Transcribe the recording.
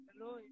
Hello